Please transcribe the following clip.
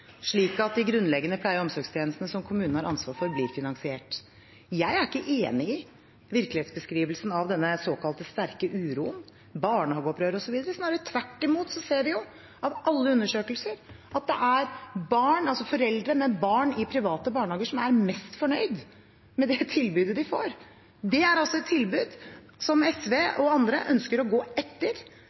slik at de grunnleggende pleie- og omsorgstjenestene som kommunene har ansvar for, blir finansiert. Jeg er ikke enig i virkelighetsbeskrivelsen av denne såkalte sterke uroen, barnehageopprør osv. Snarere tvert imot ser vi av alle undersøkelser at det er foreldre med barn i private barnehager som er mest fornøyd med det tilbudet de får. Det er et tilbud som SV og andre ønsker å gå etter